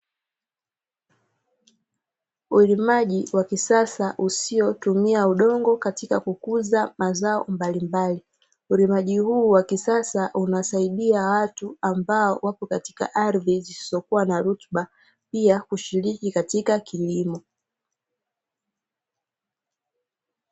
Ulimaji wa kisasa usiotumia udongo katika kukuza mazao mbalimbali, ulimaji huu wa kisasa unasaidia watu ambao wapo katika ardhi isiyokuwa na rutuba, pia hushiriki katika kilimo.